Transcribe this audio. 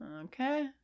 Okay